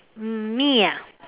um me ah